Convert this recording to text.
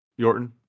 Yorton